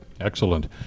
Excellent